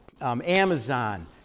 Amazon